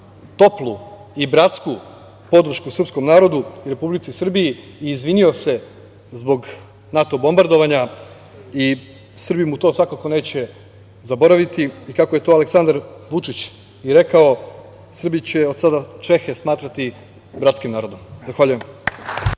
toplu i bratsku podršku srpskom narodu u Republici Srbiji i izvinio se zbog NATO bombardovanja i Srbi mu to svakako neće zaboraviti i kako je to Aleksandar Vučić i rekao - Srbi će od sada Čehe smatrati bratskim narodom. Zahvaljujem.